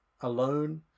alone